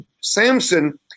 Samson